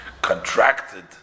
contracted